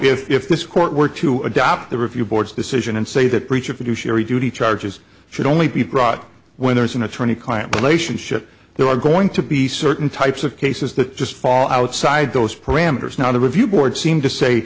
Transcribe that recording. now if this court were to adopt the review boards decision and say that preacher to sherry duty charges should only be brought when there is an attorney client relationship there are going to be certain types of cases that just fall outside those parameters not a review board seem to say